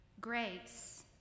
Grace